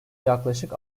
yaklaşık